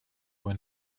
when